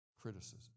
criticism